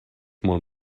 molt